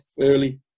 early